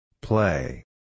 Play